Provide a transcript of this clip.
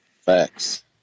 Facts